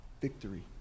victory